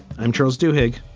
i'm charles duhigg